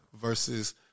Versus